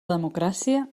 democràcia